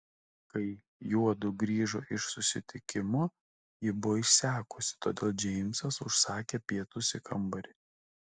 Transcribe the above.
kai juodu grįžo iš susitikimo ji buvo išsekusi todėl džeimsas užsakė pietus į kambarį